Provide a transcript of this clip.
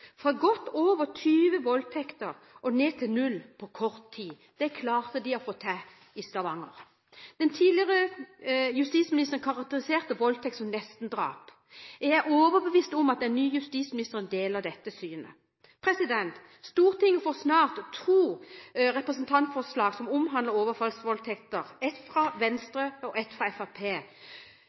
fra godt over 20 voldtekter og ned til null på kort tid, det klarte de å få til i Stavanger. Den tidligere justisministeren karakteriserte voldtekt som nestendrap. Jeg er overbevist om at den nye justisministeren deler dette synet. Stortinget får snart to representantforslag som omhandler overfallsvoldtekter, ett fra Venstre og ett fra